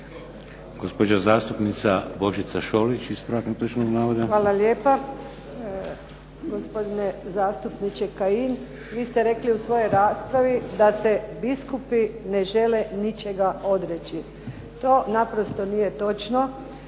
navoda. **Šolić, Božica (HDZ)** Hvala lijepa. Gospodine zastupniče Kajin, vi ste rekli u svojoj raspravi da se biskupi ne žele ničega odreći. To naprosto nije točno,